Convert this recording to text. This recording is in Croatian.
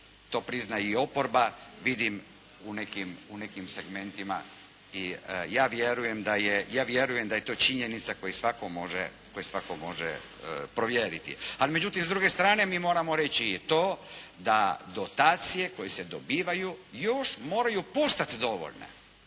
to prizna i oporba, vidim u nekim segmentima. I ja vjerujem da je to činjenica koju svatko može provjeriti. Ali međutim, s druge strane mi moramo reći i to da dotacije koje se dobivaju još moraju postati dovoljne,